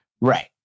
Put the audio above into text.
Right